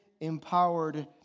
Empowered